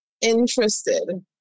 interested